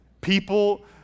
People